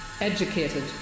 Educated